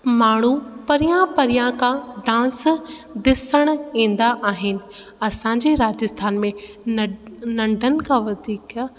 माण्हू परियां परियां खां असां ॾिसणु ईंदा आहिनि असांजे राजस्थान में न नंढनि खां वधीक